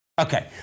Okay